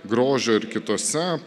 grožio ir kitose